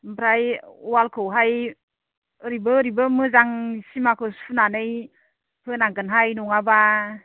ओमफ्राय वालखौहाय ओरैबो ओरैबो मोजां सिमाखौ सुनानै होनांगोनहाय नङाबा